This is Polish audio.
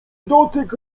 dotyk